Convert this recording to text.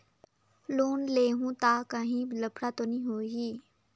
Loan लेहूं ता काहीं लफड़ा तो नी होहि?